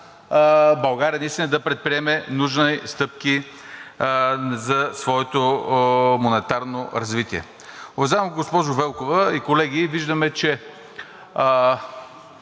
да предприеме нужните стъпки за своето монетарно развитие.